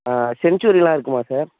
ஆ சென்ச்சூரில்லாம் இருக்குமா சார்